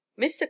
Mr